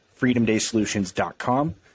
freedomdaysolutions.com